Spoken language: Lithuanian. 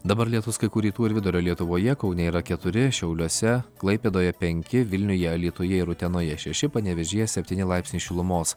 dabar lietus kai kur rytų ir vidurio lietuvoje kaune yra keturi šiauliuose klaipėdoje penki vilniuje alytuje ir utenoje šeši panevėžyje septyni laipsniai šilumos